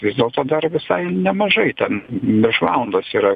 vis dėlto dar visai nemažai ten virš valandos yra